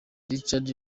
richard